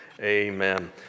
Amen